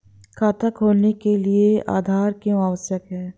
खाता खोलने के लिए आधार क्यो आवश्यक है?